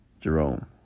Jerome